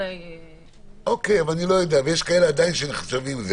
עדיין יש כאלה שנחשבים.